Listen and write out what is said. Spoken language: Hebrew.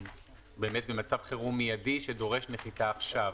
במצב חירום מיידי שדורש נחיתה עכשיו.